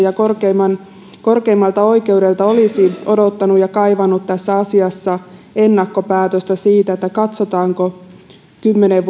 ja korkeimmalta oikeudelta olisi odottanut ja kaivannut tässä asiassa ennakkopäätöstä siitä katsotaanko kymmenen